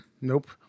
Nope